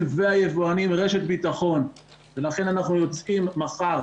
וליבואנים רשת ביטחון ולכן אנחנו רוצים מחר